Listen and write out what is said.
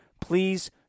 please